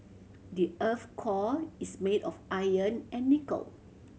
the earth's core is made of iron and nickel